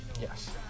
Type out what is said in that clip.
Yes